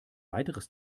weiteres